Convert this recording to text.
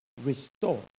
Restore